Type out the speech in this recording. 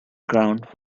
ground